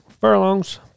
furlongs